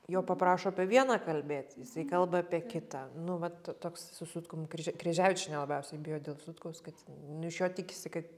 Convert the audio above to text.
jo paprašo apie vieną kalbėt tai kalba apie kita nu vat toks su sutkum kryže kryževičienė labiausiai bijo dėl sutkaus kad nu iš jo tikisi kad